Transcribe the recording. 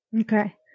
okay